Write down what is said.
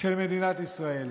של מדינת ישראל.